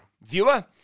viewer